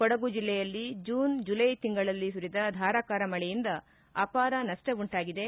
ಕೊಡಗು ಜೆಲ್ಲೆಯಲ್ಲಿ June July ತಿಂಗಳಲ್ಲಿ ಸುರಿದ ಧಾರಾಕಾರ ಮಳೆಯಿಂದ ಅಪಾರ ನಪ್ಪ ಉಂಟಾಗಿದೆ